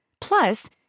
Plus